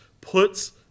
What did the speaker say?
puts